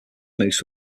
moose